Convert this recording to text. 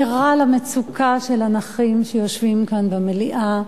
ערה למצוקה של הנכים שיושבים כאן במליאה,